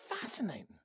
fascinating